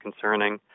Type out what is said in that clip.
concerning